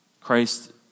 Christ